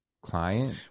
client